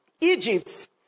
Egypt